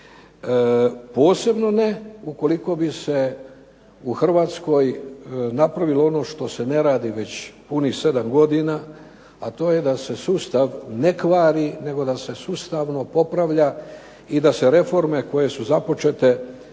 posebno ne ukoliko bi se u Hrvatskoj napravilo ono što se ne radi već punih 7 godina, a to je da se sustav ne kvari nego sustavno popravlja i da se reforme koje su započete,